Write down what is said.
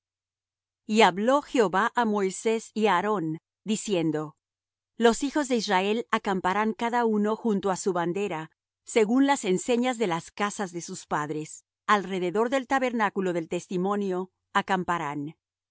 y hablo jehová á moisés y á aarón diciendo los hijos de israel acamparán cada uno junto á su bandera según las enseñas de las casas de sus padres alrededor del tabernáculo del testimonio acamparán